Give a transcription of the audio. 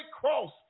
cross